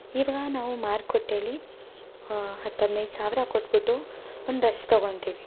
ಇವಾಗ ನಾವು ಮಾರ್ಕಟ್ಟೇಲ್ಲಿ ಹತ್ತು ಹದಿನೈದು ಸಾವಿರ ಕೊಟ್ಟುಬಿಟ್ಟು ಒಂದು ಡ್ರೆಸ್ ತಗೊತಿವಿ